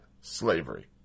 slavery